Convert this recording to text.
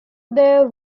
they